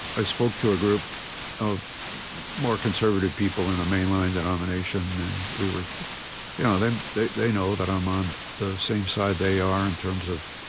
i spoke to a group of more conservative people in a mainline denomination. and we were yeah they they know that i'm on the same side they are in terms of